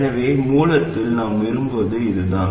எனவே மூலத்தில் நாம் விரும்புவது இதுதான்